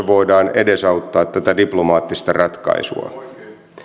voidaan edesauttaa tätä diplomaattista ratkaisua